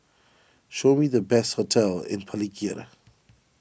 show me the best hotels in Palikirna